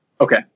Okay